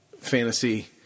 fantasy